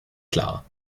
klar